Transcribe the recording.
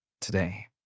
today